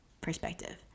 perspective